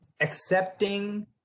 accepting